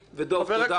דב, תודה.